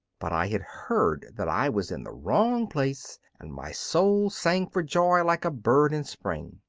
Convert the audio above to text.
but i had heard that i was in the wrong place, and my soul sang for joy, like a bird in spring.